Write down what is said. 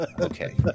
okay